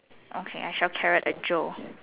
okay I shall carrot a Joe